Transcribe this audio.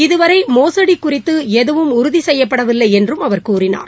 இதுவரை மோசடி குறித்து எதுவும் உறுதி செய்யப்படவில்லை என்று அவர் கூறினார்